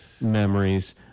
memories